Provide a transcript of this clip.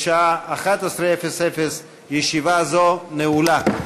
בשעה 11:00. ישיבה זו נעולה.